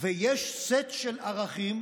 ויש סט של ערכים,